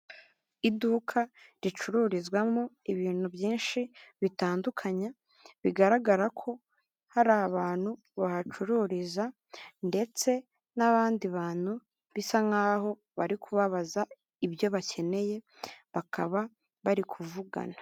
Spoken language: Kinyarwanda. Iduka ricururizwamo ibintu byinshi bitandukanye, bigaragara ko hari abantu bahacururiza ndetse n'abandi bantu bisa nk'aho bari kubabaza ibyo bakeneye bakaba bari kuvugana.